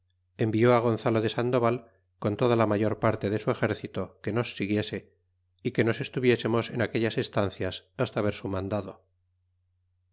envió gonzalo de sandoval con toda la mayor parte de su exército que nos siguiese y que nos estuviesemos en aquellas estancias hasta ver su mandado